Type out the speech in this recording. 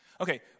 Okay